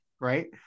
Right